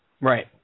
Right